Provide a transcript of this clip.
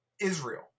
Israel